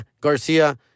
Garcia